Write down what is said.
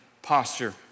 posture